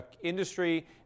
industry